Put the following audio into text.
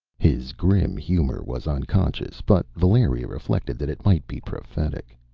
his grim humor was unconscious, but valeria reflected that it might be prophetic.